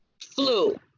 flu